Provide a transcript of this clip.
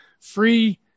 free